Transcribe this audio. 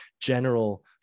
general